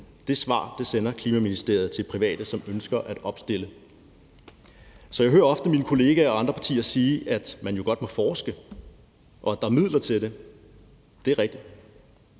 og Forsyningsministeriet til private, som ønsker at opstille. Så jeg hører ofte mine kolleger og andre partier sige, at man godt må forske, og at der er midler til det. Det er rigtigt.